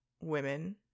women